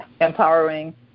empowering